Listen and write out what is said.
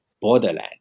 borderland